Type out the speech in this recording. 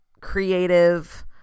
creative